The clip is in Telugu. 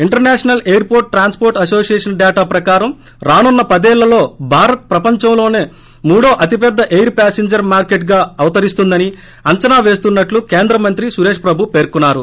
international airport transport association data ప్రకారం రానున్న పదేళ్లలో భారత్ ప్రపంచంలోనే మూడో అతిపెద్ద ఎయిర్ ప్యాసింజర్ మార్కెట్గా అవతరిస్తుందని అంచనా పేస్తున్నట్లు కేంద్ర మంత్రి సురేష్ ప్రభు పేర్కొన్నారు